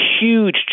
huge